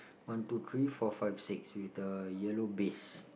one two three four five six with the yellow base